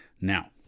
Now